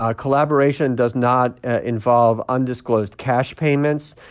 ah collaboration does not involve undisclosed cash payments.